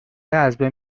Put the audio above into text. ازبین